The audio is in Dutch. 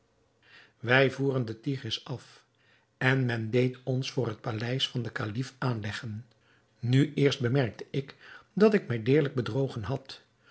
wij voeren den tigris af en men deed ons voor het paleis van den kalif aanleggen nu eerst bemerkte ik dat ik mij deerlijk bedrogen had